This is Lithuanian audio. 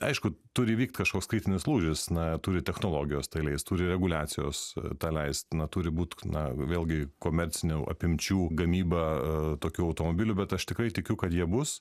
aišku turi įvykt kažkoks kritinis lūžis na turi technologijos tai leist turi reguliacijos tą leist na turi būt na vėlgi komercinių apimčių gamyba tokių automobilių bet aš tikrai tikiu kad jie bus